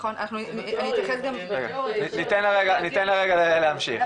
ניתן לה רגע להמשיך.